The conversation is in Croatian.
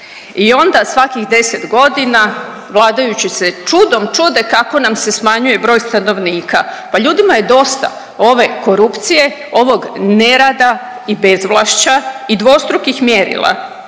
i onda svakih 10 godina vladajući se čudom čude kako nam se smanjuje broj stanovnika. Pa ljudima je dosta ove korupcije, ovog nerada i bezvlašća i dvostrukih mjerila